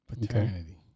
Paternity